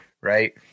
right